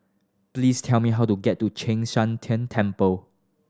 please tell me how to get to Chek Sian Tng Temple